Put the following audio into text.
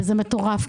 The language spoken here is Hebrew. וזה מטורף,